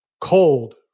Cold